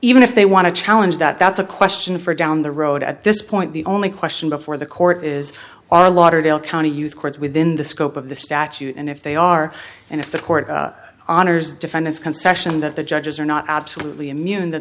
even if they want to challenge that that's a question for down the road at this point the only question before the court is are lauderdale county youth courts within the scope of the statute and if they are and if the court honors the defendant's concession that the judges are not absolutely immune th